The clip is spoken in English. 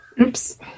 Oops